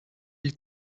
ils